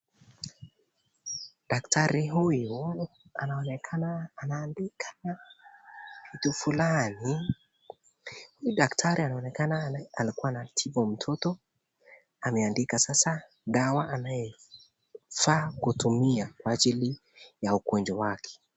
Daktari huyu anaonekana anaandika kitu fulani , daktari anaonekana alikuwa anatibu mtoto ameandika sasa dawa ayaefaa kutumikia kwa ajili ya ugonjwa wake.